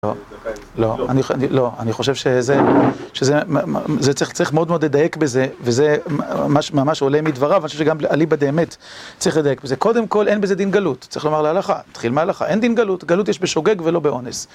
לא, אני חושב שזה, שזה צריך מאוד מאוד לדייק בזה, וזה ממש עולה מדבריו, אני חושב שגם אליבא-דה-אמת צריך לדייק בזה, קודם כל אין בזה דין גלות, צריך לומר להלכה, נתחיל מהלכה, אין דין גלות, גלות יש בשוגג ולא באונס.